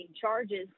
charges